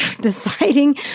deciding